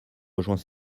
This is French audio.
rejoint